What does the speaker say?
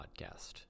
Podcast